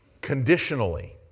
Conditionally